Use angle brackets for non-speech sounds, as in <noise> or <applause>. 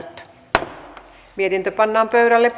<unintelligible> että mietintö pannaan pöydälle <unintelligible>